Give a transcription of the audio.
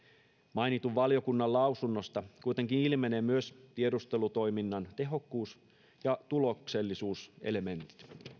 mainitun valiokunnan lausunnosta kuitenkin ilmenee myös tiedustelutoiminnan tehokkuus ja tuloksellisuuselementit